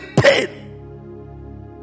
pain